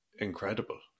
incredible